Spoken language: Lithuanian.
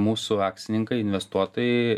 mūsų akcininkai investuotojai